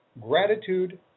Gratitude